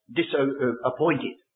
disappointed